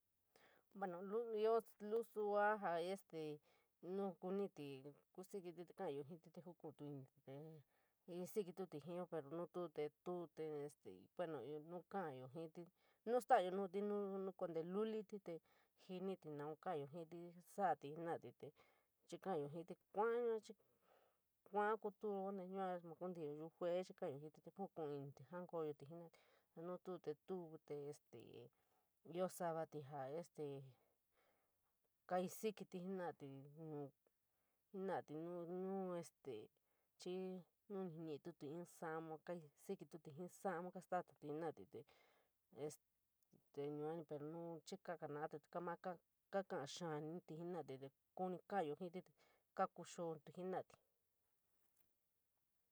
Bueno, lusoo jaa este nu kumíí kusiiktií te kaayo jii, tu kusiiktií te isikití ñu peno nu tú te tu este. Bueno no kabyo jiiñ nu stalayo nodi nu konte lulii, te chií te jiníí, mau keayo jiiñ sodií jenadé, jenadé, te chií kabyo jii kuu qayeti jii kua kuturo konte yua, mau konte yuu juee chií kaya jiiñ lulu kuu te kaa kusiikti jenadé, nu tú te tuo te este chií nu ñii in ñiií in jenadé kuu kuu jenadé este nu’ in kumií saloma kasiktií, jiiñ salomanó nu’ este saloma kasiktií, jii saloma jii kuu pos chií kaa kasikti maa kaka xaeíí jenadé te koo ñi kayejitií kaa kuxotí jenadé.